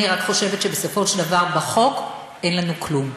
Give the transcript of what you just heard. אני רק חושבת שבסופו של דבר בחוק אין לנו כלום.